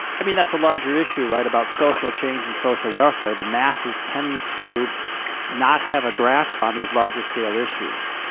i mean, that's a larger issue, right, about social change and social welfare. the masses tend to not have a grasp on these larger-scale issues,